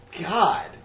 God